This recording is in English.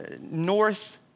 north